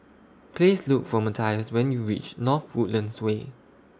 Please Look For Mathias when YOU REACH North Woodlands Way